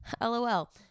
lol